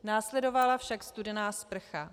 Následovala však studená sprcha.